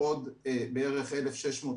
עוד בערך 1,600,